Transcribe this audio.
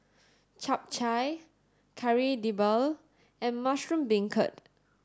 Chap Chai Kari Debal and mushroom beancurd